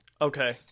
Okay